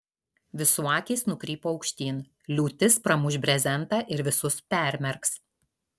visų akys nukrypo aukštyn liūtis pramuš brezentą ir visus permerks